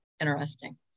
interesting